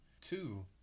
two